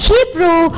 Hebrew